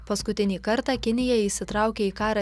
paskutinį kartą kinija įsitraukė į karą